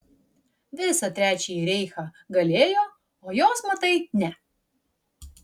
visą trečiąjį reichą galėjo o jos matai ne